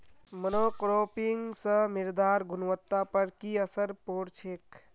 monocropping स मृदार गुणवत्ता पर की असर पोर छेक